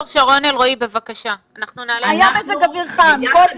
היה מזג אוויר חם,